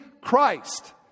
Christ